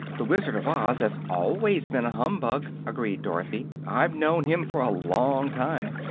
the wizard of oz has always been a humbug, agreed dorothy. i've known him for a long time.